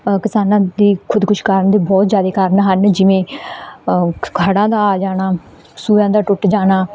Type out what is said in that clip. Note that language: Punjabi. ਕਿਸਾਨਾਂ ਦੀ ਖ਼ੁਦਕੁਸ਼ੀ ਕਰਨ ਦੇ ਬਹੁਤ ਜ਼ਿਆਦਾ ਕਾਰਣ ਹਨ ਜਿਵੇਂ ਹੜ੍ਹਾਂ ਦਾ ਆ ਜਾਣਾ ਸੂਇਆਂ ਦਾ ਟੁੱਟ ਜਾਣਾ